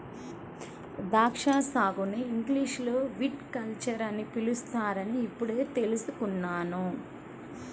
ద్రాక్షా సాగుని ఇంగ్లీషులో విటికల్చర్ అని పిలుస్తారని ఇప్పుడే తెల్సుకున్నాను